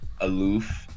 aloof